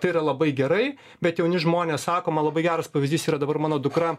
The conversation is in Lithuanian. tai yra labai gerai bet jauni žmonės sako man labai geras pavyzdys yra dabar mano dukra